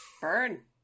burn